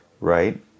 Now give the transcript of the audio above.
Right